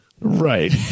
Right